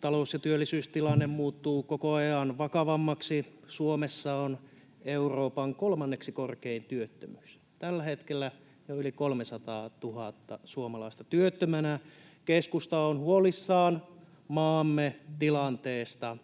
Talous- ja työllisyystilanne muuttuu koko ajan vakavammaksi. Suomessa on Euroopan kolmanneksi korkein työttömyys, tällä hetkellä jo yli 300 000 suomalaista on työttömänä. Keskusta on huolissaan maamme tilanteesta.